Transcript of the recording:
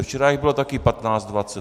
Včera jich bylo taky patnáct, dvacet.